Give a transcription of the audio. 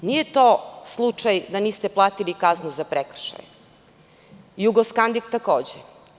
Nije to slučaj da niste platili kaznu za prekršaj, „Jugoskandik“ takođe.